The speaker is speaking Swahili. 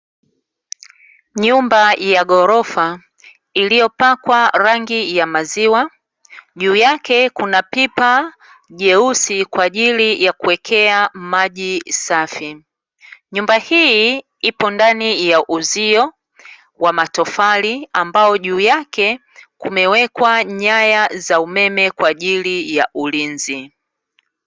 Nyumba ya ghorofa iliyopakwa rangi ya maziwa, juu yake kuna pipa jeusi kwa ajili ya kuwekea maji safi. Nyumba hii ipo ndani ya uzio wa matofali, ambao juu yake kumewekwa nyaya za umeme kwa ajili ya ulinzi.